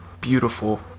Beautiful